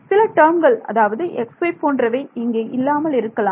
சில டேர்ம்கள் அதாவது xy போன்றவை இங்கே இல்லாமல் இருக்கலாம்